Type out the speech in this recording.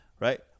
Right